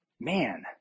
Man